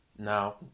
Now